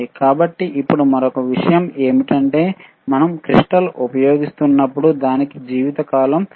కాబట్టి ఇప్పుడు మరొక విషయం ఏమిటంటే మనం క్రిస్టల్ ఉపయోగిస్తున్నప్పుడు దానికి జీవితకాలం ఉంటుంది